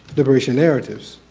liberation narratives